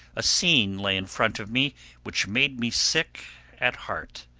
a scene lay in front of me which made me sick at heart.